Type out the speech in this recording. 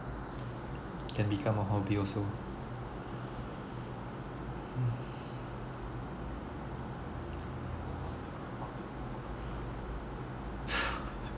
can become a hobby also